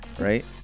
right